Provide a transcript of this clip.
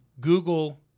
Google